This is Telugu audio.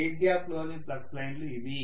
ఎయిర్ గ్యాప్లోని ఫ్లక్స్ లైన్లు ఇవి